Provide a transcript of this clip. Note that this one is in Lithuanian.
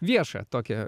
viešą tokią